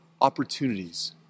opportunities